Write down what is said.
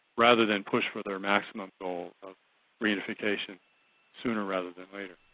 rather than push for their and national goal, the reunification sooner rather than later.